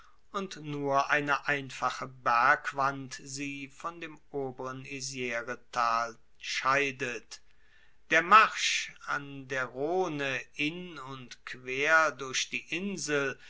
und nur eine einfache bergwand sie von dem oberen isretal scheidet der marsch an der rhone in und quer durch die insel